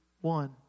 one